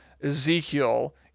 Ezekiel